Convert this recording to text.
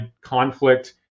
conflict